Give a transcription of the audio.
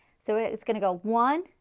so it's going to go one,